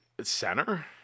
center